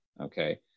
okay